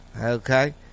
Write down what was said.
Okay